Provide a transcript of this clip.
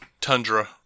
Tundra